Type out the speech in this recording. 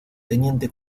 teniente